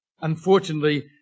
Unfortunately